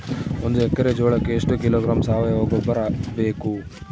ಒಂದು ಎಕ್ಕರೆ ಜೋಳಕ್ಕೆ ಎಷ್ಟು ಕಿಲೋಗ್ರಾಂ ಸಾವಯುವ ಗೊಬ್ಬರ ಬೇಕು?